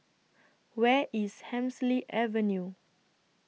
Where IS Hemsley Avenue